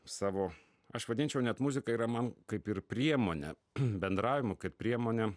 savo aš vadinčiau net muzika yra man kaip ir priemonė bendravimo kaip priemonė